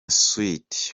sweety